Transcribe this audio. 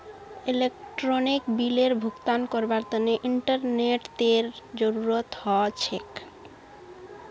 electronic बिलेर भुगतान करवार तने इंटरनेतेर जरूरत ह छेक